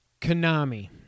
Konami